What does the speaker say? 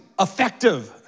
effective